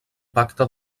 pacte